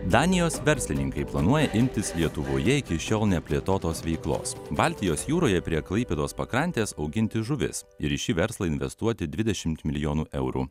danijos verslininkai planuoja imtis lietuvoje iki šiol neplėtotos veiklos baltijos jūroje prie klaipėdos pakrantės auginti žuvis ir į šį verslą investuoti dvidešimt milijonų eurų